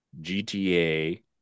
GTA